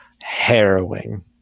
harrowing